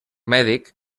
mèdic